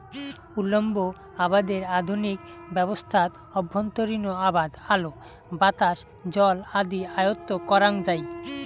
উল্লম্ব আবাদের আধুনিক ব্যবস্থাত অভ্যন্তরীণ আবাদ আলো, বাতাস, জল আদি আয়ত্ব করাং যাই